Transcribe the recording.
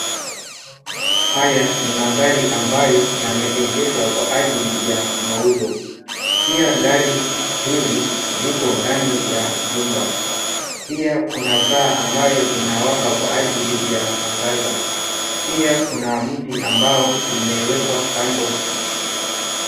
Haya ni magari ambayo yameegeshwa kwa ajili ya mauzo. Pia gari hizi ziko ndani ya jumba. Pia kuna taa ambayo inawaka kwa ajili ya mwangaza. Pia kuna mti ambao umewekwa kando